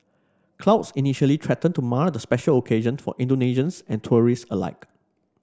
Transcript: clouds initially threatened to mar the special occasion for Indonesians and tourists alike